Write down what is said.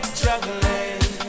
juggling